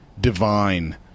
divine